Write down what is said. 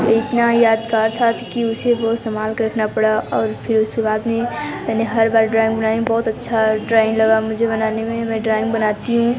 इतना यादगार था कि उसे बहुत संभाल के रखना पड़ा और फिर उसके बाद में मैंने हर बार ड्राॅइंग बनाई बहुत अच्छा ड्राॅइंग लगा मुझे बनाने में मैं ड्राइंग बनाती हूँ